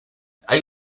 hay